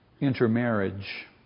intermarriage